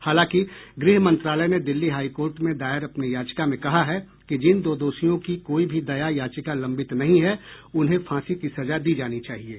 हालांकि गृह मंत्रालय ने दिल्ली हाई कोर्ट में दायर अपनी याचिका में कहा है कि जिन दो दोषियों की कोई भी दया याचिका लंबित नहीं है उन्हें फांसी की सजा दी जानी चाहिये